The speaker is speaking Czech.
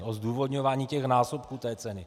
O zdůvodňování násobků té ceny.